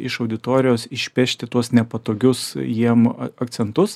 iš auditorijos išpešti tuos nepatogius jiem akcentus